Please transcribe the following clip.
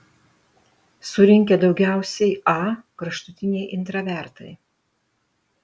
surinkę daugiausiai a kraštutiniai intravertai